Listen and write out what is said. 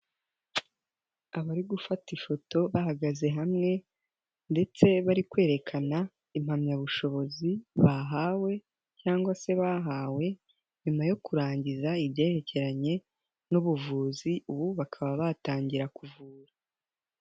Abari gufata ifoto bahagaze hamwe ndetse bari kwerekana impamyabushobozi bahawe cyangwa se bahawe nyuma yo kurangiza ibyerekeranye n'ubuvuzi, ubu bakaba batangira kuvura.